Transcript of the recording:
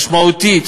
משמעותית.